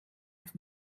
auf